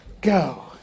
go